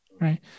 right